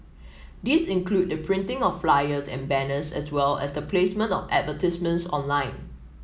these include the printing of flyers and banners as well as the placement of advertisements online